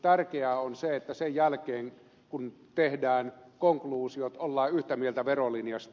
tärkeää on se että sen jälkeen kun tehdään konkluusiot ollaan yhtä mieltä verolinjasta